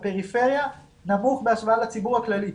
בפריפריה נמוך בהשוואה לציבור הכללי.